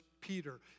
Peter